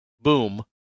Boom